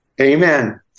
Amen